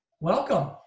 Welcome